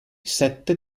sette